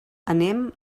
anem